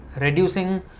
reducing